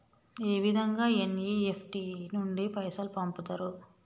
ఏ విధంగా ఎన్.ఇ.ఎఫ్.టి నుండి పైసలు పంపుతరు?